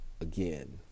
again